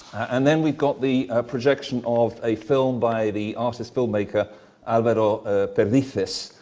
and then we've got the projection of a film by the artist-filmmaker alvaro perdices,